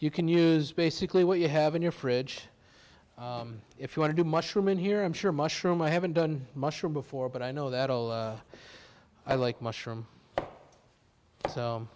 you can use basically what you have in your fridge if you want to mushroom in here i'm sure mushroom i haven't done mushroom before but i know that i like mushroom